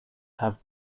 have